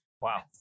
Wow